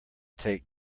take